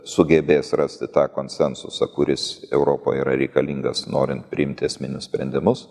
sugebės rasti tą konsensusą kuris europoje yra reikalingas norint priimti esminius sprendimus